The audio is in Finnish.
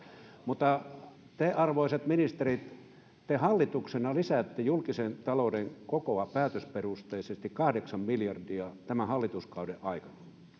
mutta arvoisat ministerit te hallituksena lisäätte julkisen talouden kokoa päätösperusteisesti kahdeksan miljardia tämän hallituskauden aikana